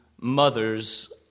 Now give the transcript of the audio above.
mothers